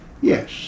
Yes